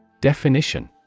Definition